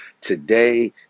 Today